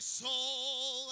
soul